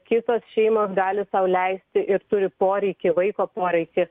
kitos šeimos gali sau leisti ir turi poreikį vaiko poreikį